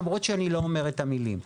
למרות שאני לא אומר את המילים.